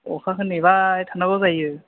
अखाखौ नेबाय थानांगौ जायो